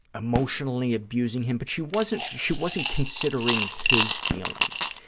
emotionally abusing him, but she wasn't she wasn't considering his feelings,